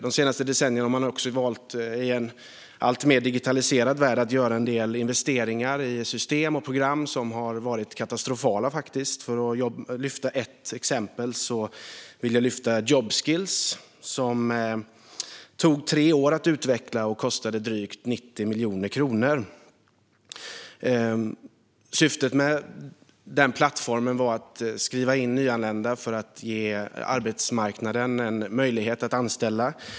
De senaste decennierna har man även valt att i en alltmer digitaliserad värld göra en del investeringar i system och program som faktiskt har varit katastrofala. Jag vill lyfta ett exempel, nämligen plattformen Jobskills. Den tog tre år att utveckla och kostade drygt 90 miljoner kronor. Syftet med plattformen var att skriva in nyanlända för att ge arbetsmarknaden en möjlighet att anställa dem.